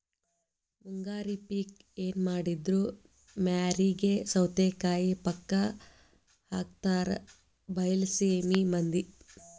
ಮುಂಗಾರಿ ಪಿಕ್ ಎನಮಾಡಿದ್ರು ಮ್ಯಾರಿಗೆ ಸೌತಿಕಾಯಿ ಪಕ್ಕಾ ಹಾಕತಾರ ಬೈಲಸೇಮಿ ಮಂದಿ